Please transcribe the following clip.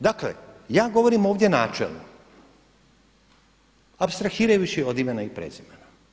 Dakle ja govorim ovdje načelno, apstrahirajući od imena i prezimena.